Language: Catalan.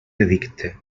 edicte